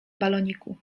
baloniku